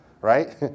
right